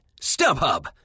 StubHub